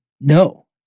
no